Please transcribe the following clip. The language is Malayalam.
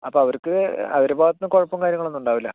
അപ്പോൾ അവർക്ക് അവരുടെ ഭാഗത്തു നിന്ന് കുഴപ്പവും കാര്യങ്ങളൊന്നും ഉണ്ടാവില്ല